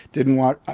didn't wash.